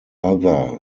other